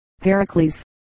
Pericles